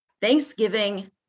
Thanksgiving